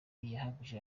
yahamije